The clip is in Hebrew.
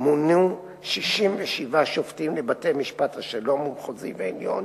מונו 67 שופטים לבתי-משפט השלום, המחוזי והעליון,